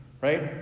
Right